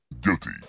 Guilty